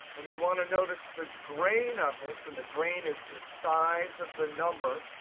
and we want to notice the grain of this and the grain is the size of the number.